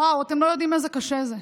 וואו, אתם לא יודעים איזה קשה זה.